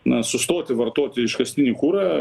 na stoti vartoti iškastinį kurą